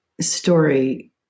story